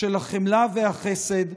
של החמלה והחסד.